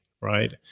right